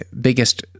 biggest